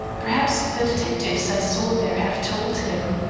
perhaps the detectives i saw there have told him.